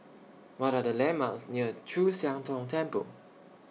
What Are The landmarks near Chu Siang Tong Temple